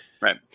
Right